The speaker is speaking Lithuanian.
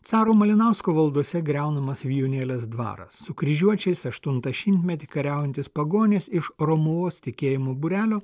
caro malinausko valdose griaunamas vijūnėlės dvaras su kryžiuočiais aštuntą šimtmetį kariaujantys pagonys iš romuvos tikėjimo būrelio